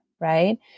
Right